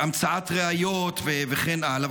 והמצאת ראיות וכן הלאה,